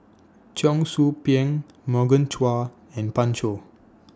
Cheong Soo Pieng Morgan Chua and Pan Shou